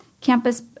campus